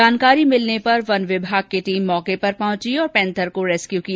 जानकारी मिलने पर वन विभाग की टीम मौके पर पहुंची और पैंथर को रेस्क्यू किया